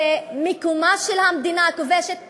מקומה של המדינה הכובשת,